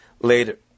later